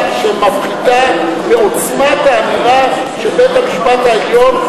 שמפחיתה מעוצמת האמירה של בית-המשפט העליון,